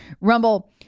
Rumble